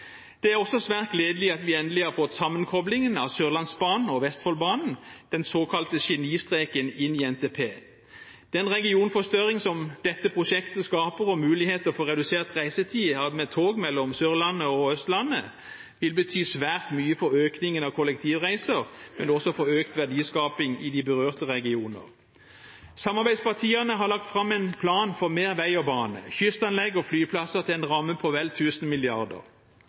Det er også svært gledelig at vi endelig har fått sammenkoblingen av Sørlandsbanen og Vestfoldbanen, den såkalte genistreken, inn i NTP. Den regionforstørring som dette prosjektet skaper, med muligheter for redusert reisetid med tog mellom Sørlandet og Østlandet, vil bety svært mye for økningen av antall kollektivreiser og også for økt verdiskaping i de berørte regioner. Samarbeidspartiene har lagt fram en plan for mer vei og bane, kystanlegg og flyplasser innenfor en ramme på vel